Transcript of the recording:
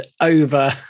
over